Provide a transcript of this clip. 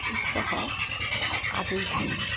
ইচ্ছা হয় কাজেই থাকি